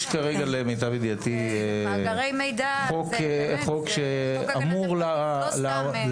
יש כרגע למיטב ידיעתי חוק שאמור לעלות.